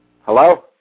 Hello